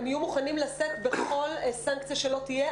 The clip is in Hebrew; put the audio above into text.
הם יהיו מוכנים לשאת בכל סנקציה שלא תהיה,